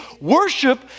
Worship